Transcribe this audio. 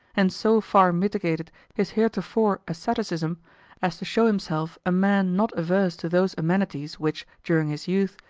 and so far mitigated his heretofore asceticism as to show himself a man not averse to those amenities which, during his youth,